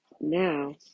Now